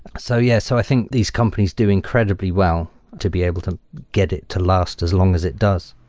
so yes. so i think these companies do incredibly well to be able to get it to last as long as it does.